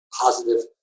positive